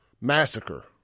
massacre